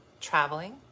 traveling